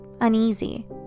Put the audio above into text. uneasy